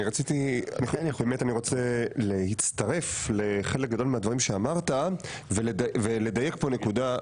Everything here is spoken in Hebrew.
אני באמת רוצה להצטרף לחלק גדול מהדברים שאמרת ולדייק פה נקודה: